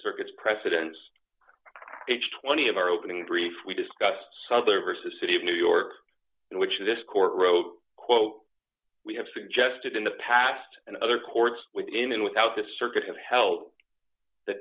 circuits precedents age twenty of our opening brief we discussed souther versus city of new york in which this court wrote quote we have suggested in the past and other courts within and without this circuit have held th